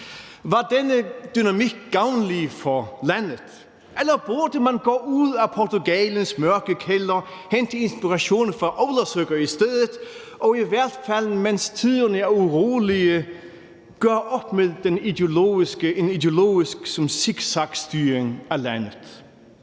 Var denne dynamik gavnlig for landet? Eller burde man gå ud af Portugalens mørke kælder og hente inspiration fra ólavsøka i stedet – og i hvert fald, mens tiderne er urolige, gøre op med en ideologisk zigzagstyring af landet?